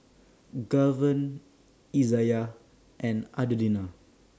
Gaven Izayah and Adelina